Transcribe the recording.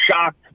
shocked